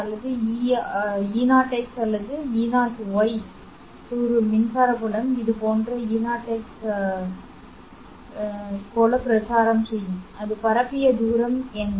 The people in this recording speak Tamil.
சரி ஈயாக்ஸ் அல்லது எக்ஸ் கூறு மின்சார புலம் இது போன்ற ஈயாக்ஸ் எஜாட் கோங்க்ஸ் போல பிரச்சாரம் செய்யும் அது பரப்பிய தூரம் என்ன